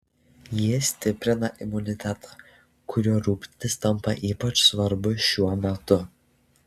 ji stiprina imunitetą kuriuo rūpintis tampa ypač svarbu šiuo metu